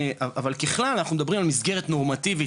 אבל ככלל אנחנו מדברים על מסגרת נורמטיבית,